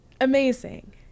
Amazing